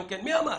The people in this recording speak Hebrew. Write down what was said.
מי אמר?